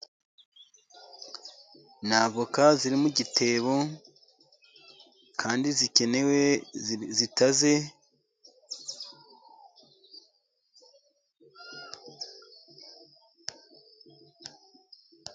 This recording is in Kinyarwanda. Ni avoka ziri mu gitebo kandi zikenewe zitaze.